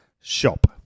Shop